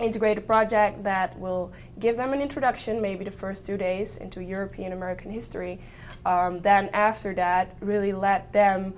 integrate a project that will give them an introduction maybe the first two days into european american history than after dad really let them